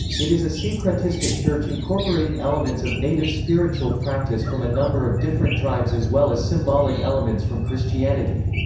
it is a syncretistic church incorporating elements of native spiritual practice from a number of different tribes as well as symbolic elements from christianity.